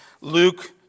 Luke